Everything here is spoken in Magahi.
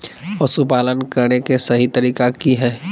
पशुपालन करें के सही तरीका की हय?